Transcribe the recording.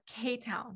K-Town